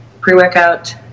pre-workout